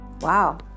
Wow